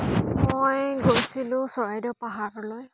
মই গৈছিলোঁ চৰাইদেউ পাহাৰলৈ